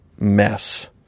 mess